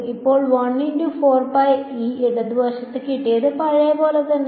അപ്പോൾ ഇടതു വശത്ത് കിട്ടിയത് പഴയ പോലെ തന്നെ